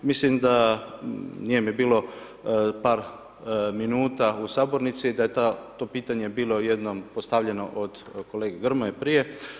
Mislim da, nije me bilo par minuta u sabornici da je to pitanje bilo jednom postavljeno od kolege Grmoje prije.